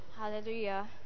Hallelujah